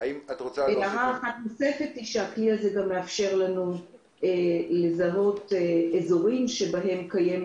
שהכלי הזה גם מאפשר לנו לזהות אזורים שבהם קיים